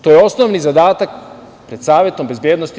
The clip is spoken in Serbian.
To je osnovni zadatak pred Savetom bezbednosti UN.